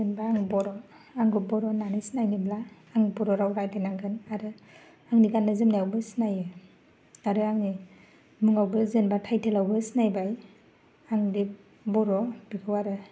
जेनेबा आङो बर' आंबो बर' होन्नानै सिनायमोनला आं बर' राव रायलायनांगोन आरो आंनि गान्नाय जोमनायाबो सिनायो दालाय आंनि मुंआवबो जेनेबा टाइटेलआवबो सिनायबाय आं जे बर' बेखौ आरो